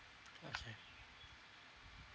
okay